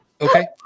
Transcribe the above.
Okay